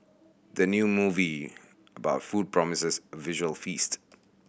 the new movie about food promises a visual feast